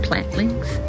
Plantlings